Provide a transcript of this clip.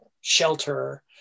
shelter